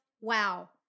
wow